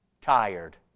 tired